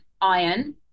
Iron